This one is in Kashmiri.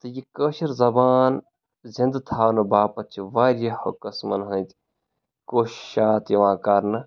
تہٕ یہِ کٲشٕر زَبان زِنٛدٕ تھاونہٕ باپتھ چھِ واریاہو قٕسمَن ہٕنٛدۍ کوشِشات یِوان کَرنہٕ